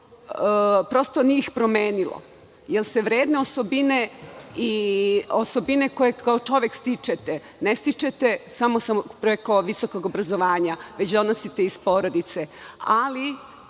prosto nije ih promenilo, jer se vredne osobine i osobine koje kao čovek stičete, ne stičete samo preko visokog obrazovanja, već donosite iz porodice, ali